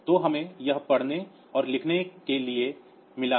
तो हमें यह पढ़ने और लिखने के लिए मिला है